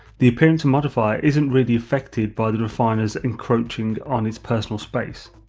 the appearance modifier isn't really effected by the refiners encroshing on its personal space.